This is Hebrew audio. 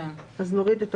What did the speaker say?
אני צריכה להזכיר,